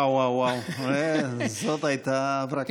וואו, זאת הייתה הברקה.